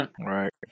Right